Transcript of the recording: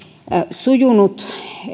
sujunut